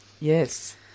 Yes